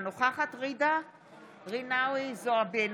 אינה נוכחת ג'ידא רינאוי זועבי,